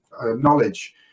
knowledge